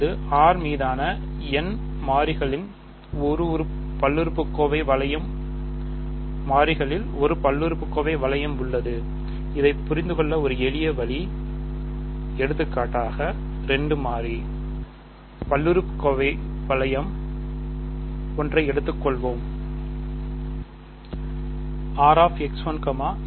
இப்போது R ன் மீதான n மாறிகளில் ஒரு பல்லுறுப்புக்கோவையை வளையம் உள்ளது இதை புரிந்து கொள்ள ஒரு எளிய வழி எடுத்துக்காட்டாக 2 மாறி பல்லுறுப்புக்கோவை வளையம் ஒன்றை எடுத்துக் கொள்ளலாம்